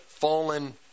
fallen